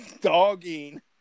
dogging